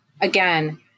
again